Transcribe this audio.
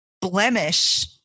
blemish